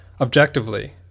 objectively